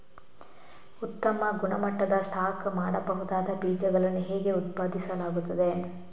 ಉತ್ತಮ ಗುಣಮಟ್ಟದ ಸ್ಟಾಕ್ ಮಾಡಬಹುದಾದ ಬೀಜಗಳನ್ನು ಹೇಗೆ ಉತ್ಪಾದಿಸಲಾಗುತ್ತದೆ